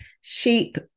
sheep